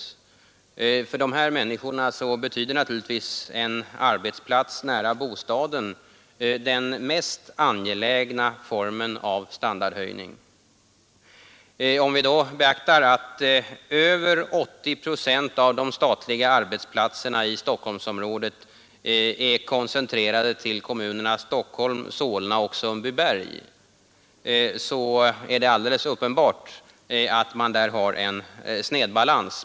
För de här människorna är naturligtvis en arbetsplats nära bostaden den mest angelägna formen av standardhöjning. Om vi då beaktar att över 80 procent av de statliga arbetsplatserna i Stockholmsområdet är koncentrerade till kommunerna Stockholm, Solna och Sundbyberg, så är det alldeles uppenbart att man där har en snedbalans.